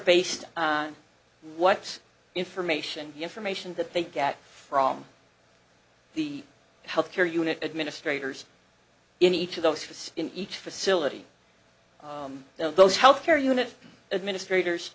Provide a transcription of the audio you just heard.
based on what's information the information that they get from the health care unit administrators in each of those for the in each facility those health care unit administrators